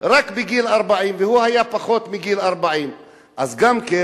רק בגיל 40 והוא היה פחות מגיל 40. אז גם כן